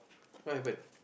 what happen